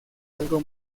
algo